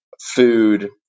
food